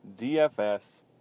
DFS